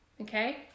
Okay